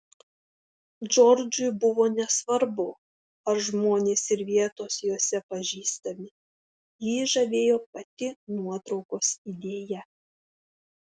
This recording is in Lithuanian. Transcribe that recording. džordžui buvo nesvarbu ar žmonės ir vietos jose pažįstami jį žavėjo pati nuotraukos idėja